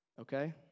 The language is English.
okay